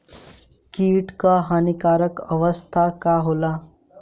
कीट क हानिकारक अवस्था का होला?